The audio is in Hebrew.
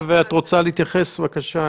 תוך כמה זמן יש תשובה בקו